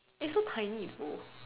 it's so tiny though